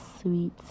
sweet